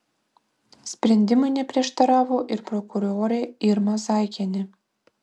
sprendimui neprieštaravo ir prokurorė irma zaikienė